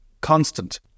constant